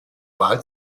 wahl